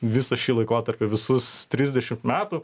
visą šį laikotarpį visus trisdešimt metų